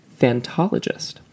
phantologist